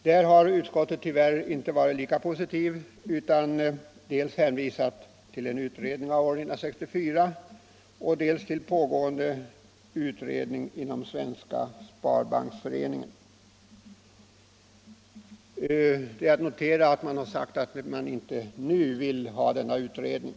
Där har utskottet tyvärr inte varit lika positivt utan hänvisat till dels en utredning av år 1964, dels pågående utredning inom Svenska sparbanksföreningen. Det är att notera att man framhåller att man inte nu vill ha denna utredning.